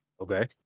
Okay